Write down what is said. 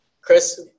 Chris